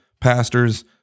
pastors